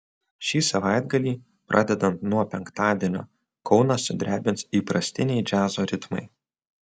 šį savaitgalį pradedant nuo penktadienio kauną sudrebins įprastiniai džiazo ritmai